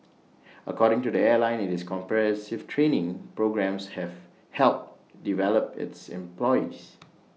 according to the airline IT is comprehensive training programmes have helped develop its employees